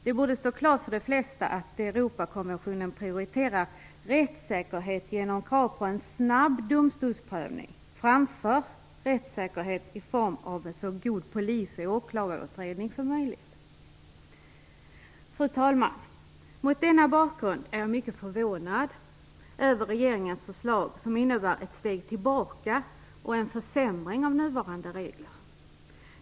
Det borde stå klart för de flesta att Europakonventionen prioriterar rättssäkerhet genom krav på en snabb domstolsprövning framför rättssäkerhet i form av en så god polis och åklagarutredning som möjligt. Fru talman! Mot denna bakgrund är jag mycket förvånad över regeringens förslag som innebär ett steg tillbaka och en försämring av nuvarande regler.